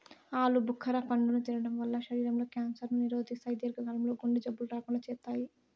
ఆలు భుఖర పండును తినడం వల్ల శరీరం లో క్యాన్సర్ ను నిరోధిస్తాయి, దీర్ఘ కాలం లో గుండె జబ్బులు రాకుండా చేత్తాయి